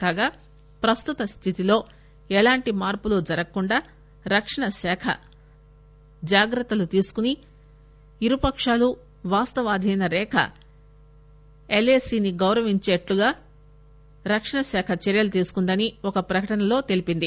కాగా ప్రస్తుత స్థితిలో ఎలాంటి మార్పులు జరగకుండా రక్షణశాఖ జాగ్రత్తలు తీసుకుని ఇరుపకాలు వాస్తవాధీన రేఖ ఎల్ ఎ సి ని గౌరవించేటట్లుగా రక్షణశాఖ చర్యలు తీసుకుందని ఒక ప్రకటనలో తెలిపింది